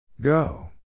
Go